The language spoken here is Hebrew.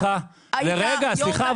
סליחה,